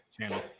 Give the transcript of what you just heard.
channel